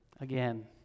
again